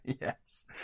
Yes